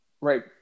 right